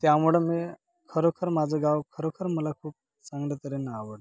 त्यामुळं मी खरोखर माझं गाव खरोखर मला खूप चांगल्या तऱ्हेनं आवडतं